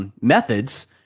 Methods